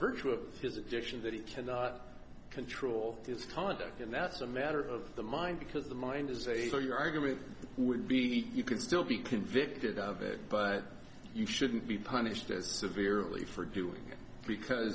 virtue of his addiction that he cannot control his conduct and that's a matter of the mind because the mind is a so your argument would be you can still be convicted of it but you shouldn't be punished as severely for doing because